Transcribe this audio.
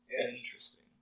Interesting